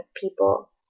people